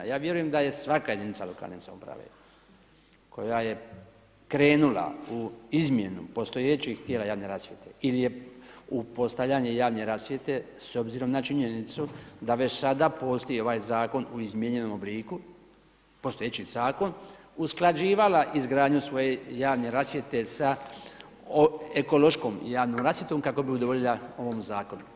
Ja vjerujem da je svaka jedinica lokalne samouprave koja je krenula u izmjenu postojećih tijela javne rasvjete ili je u postavljanje javne rasvjete s obzirom na činjenicu da već sada postoji ovaj zakon u izmijenjenom obliku, postojeći zakon usklađivala izgradnju svoje javne rasvjete sa ekološkom javnom rasvjetom kako bi udovoljila ovom zakonu.